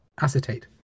acetate